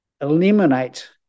eliminate